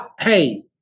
hey